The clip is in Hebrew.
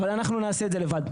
אבל אנחנו נעשה את זה לבד.